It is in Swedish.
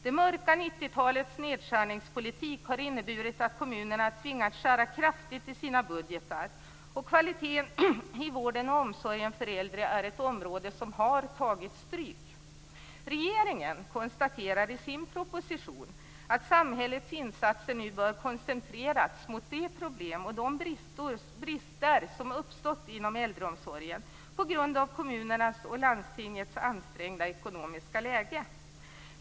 Det mörka 90-talets nedskärningspolitik har inneburit att kommunerna kraftigt tvingats att skära i sina budgetar, och kvaliteten i vården och omsorgen för äldre är ett område som har tagit stryk. Regeringen konstaterar i sin proposition att samhällets insatser nu bör koncentreras på de problem och brister som har uppstått inom äldreomsorgen på grund av kommunernas och landstingens ansträngda ekonomiska läge.